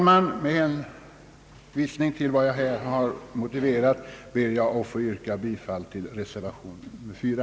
Med hänvisning till det anförda ber jag, herr talman, att få yrka bifall till reservationen 4.